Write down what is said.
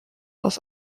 aus